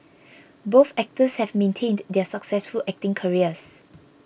both actors have maintained their successful acting careers